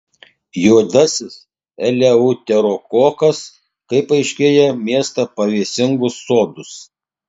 juodasis eleuterokokas kaip aiškėja mėgsta pavėsingus sodus